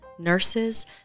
Nurses